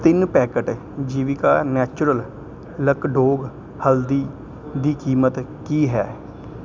ਤਿੰਨ packet Jivika natural Lakadong ਹਲਦੀ ਦੀ ਕੀਮਤ ਕੀ ਹੈ